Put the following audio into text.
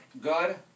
good